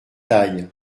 taille